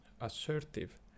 assertive